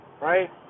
Right